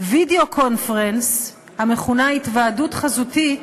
וידיאו קונפרנס, המכונה "התוועדות חזותית",